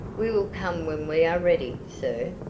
we will come when we are ready, sir.